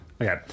Okay